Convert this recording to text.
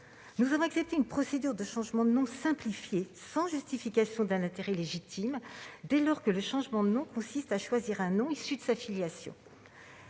nous avons accepté une procédure de changement de nom simplifiée, sans justification d'un intérêt légitime, dès lors que le changement consiste à choisir un nom issu de sa filiation.